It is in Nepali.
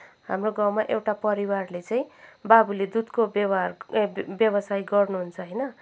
हाम्रो गाउँमा एउटा परिवारले चाहिँ बाबुले दुधको व्यवहार ए व्यवसाय गर्नुहुन्छ होइन